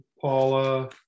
Paula